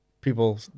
people